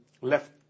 left